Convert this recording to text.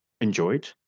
enjoyed